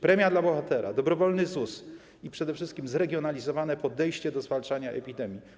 Premia dla bohatera, dobrowolny ZUS i przede wszystkim zregionalizowane podejście do zwalczania epidemii.